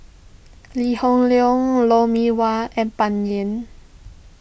Lee Hoon Leong Lou Mee Wah and Bai Yan